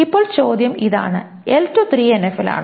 ഇപ്പോൾ ചോദ്യം ഇതാണ് L2 3NF ൽ ആണോ